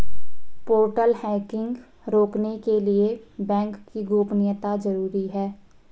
portal hacking रोकने के लिए बैंक की गोपनीयता जरूरी हैं